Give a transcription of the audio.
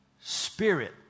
spirit